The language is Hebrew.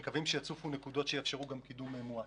בנושא, ומקווים שיצופו נקודות שיאפשרו קידום מואץ.